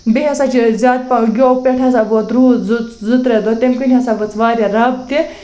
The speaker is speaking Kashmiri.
بیٚیہِ ہسا چھِ زیادٕ پَہَن یو پٮ۪ٹھ ہسا ووت روٗد زٕ زٕ ترٛےٚ دۄہ تَمہِ کِنۍ ہسا ؤژھ واریاہ رَب تہِ